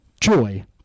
joy